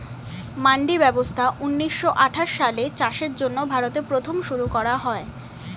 মান্ডি ব্যবস্থা ঊন্নিশো আঠাশ সালে চাষের জন্য ভারতে প্রথম শুরু করা হয়